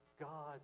God